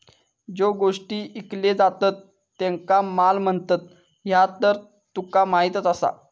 ज्यो गोष्टी ईकले जातत त्येंका माल म्हणतत, ह्या तर तुका माहीतच आसा